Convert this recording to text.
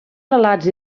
relats